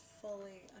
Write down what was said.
fully